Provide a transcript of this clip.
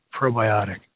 probiotic